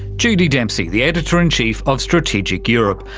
judy dempsey, the editor-in-chief of strategic europe.